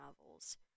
novels